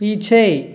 पीछे